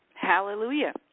Hallelujah